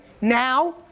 Now